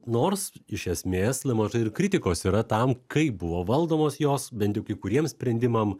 nors iš esmės nemažai ir kritikos yra tam kaip buvo valdomos jos bent jau kai kuriem sprendimam